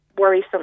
worrisome